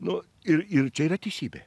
nu ir ir čia yra teisybė